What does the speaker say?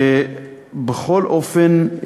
בכל אופן,